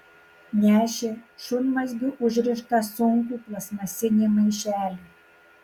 nešė šunmazgiu užrištą sunkų plastmasinį maišelį